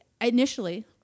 initially